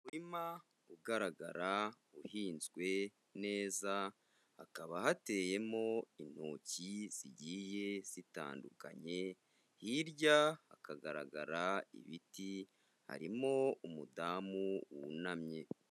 Umurima ugaragara uhinzwe neza hakaba hateyemo intoki zigiye zitandukanye, hirya hakagaragara ibiti harimo umudamu wunamye.